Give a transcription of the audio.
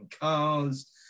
cars